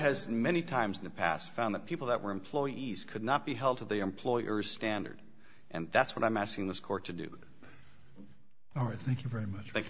has many times in the past found that people that were employees could not be held to the employer's standard and that's what i'm asking this court to do all right thank you very much